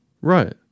Right